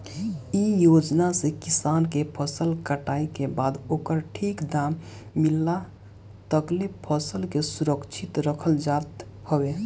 इ योजना से किसान के फसल कटाई के बाद ओकर ठीक दाम मिलला तकले फसल के सुरक्षित रखल जात हवे